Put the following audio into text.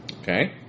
Okay